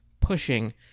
pushing